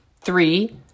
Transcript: Three